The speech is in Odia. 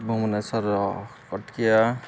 ଭୁବନେଶ୍ଵରର କଟକିଆ